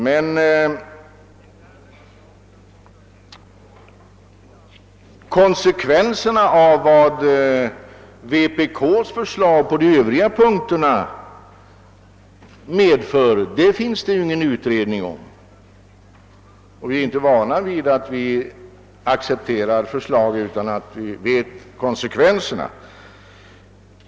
Vad kommunisternas förslag medför på de övriga punkterna finns det däremot ingen utredning om, och vi är inte vana att acceptera förslag utan att veta konsekvenserna.